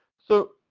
so,